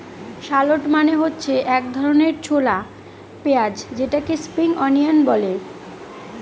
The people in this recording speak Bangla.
শালট মানে হচ্ছে এক ধরনের ছোলা পেঁয়াজ যেটাকে স্প্রিং অনিয়ন বলে